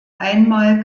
einmal